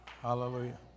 Hallelujah